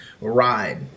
ride